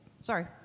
Sorry